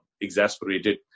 exasperated